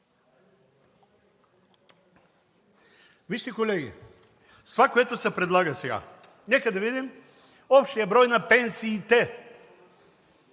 място. Колеги, това, което се предлага сега – нека да видим общият брой на пенсиите